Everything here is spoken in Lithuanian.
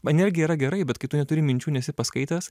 man irgi yra gerai bet kai tu neturi minčių nesi paskaitęs